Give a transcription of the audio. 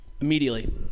immediately